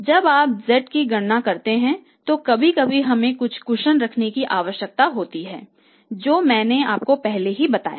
जब आप z की गणना करते हैं तो कभी कभी हमें कुछ कुशन रखने की आवश्यकता होती है जो मैंने आपको पहले ही बताया था